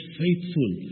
faithful